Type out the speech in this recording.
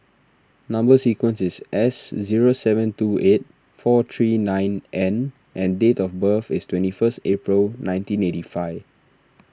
Number Sequence is S zero seven two eight four three nine N and date of birth is twenty first April nineteen eighty five